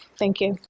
thank you.